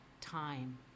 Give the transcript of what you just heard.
time